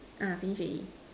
finish already